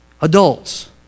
adults